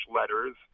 letters